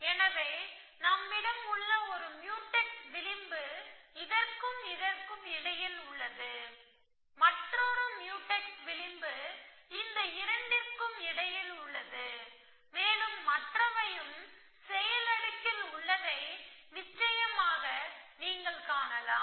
எனவே நம்மிடம் உள்ள ஒரு முயூடெக்ஸ் விளிம்பு இதற்கும் இதற்கும் இடையில் உள்ளது மற்றொரு முயூடெக்ஸ் விளிம்பு இந்த இரண்டிற்கும் இடையில் உள்ளது மேலும் மற்றவையும் செயல் அடுக்கில் உள்ளதை நிச்சயமாக நீங்கள் காணலாம்